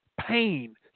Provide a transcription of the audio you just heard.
pain